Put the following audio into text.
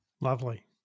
Lovely